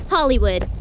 Hollywood